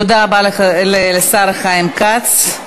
תודה רבה לשר חיים כץ.